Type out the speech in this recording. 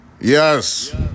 Yes